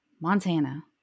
montana